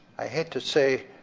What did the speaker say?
i hate to say,